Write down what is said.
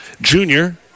Junior